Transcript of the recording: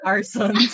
Arson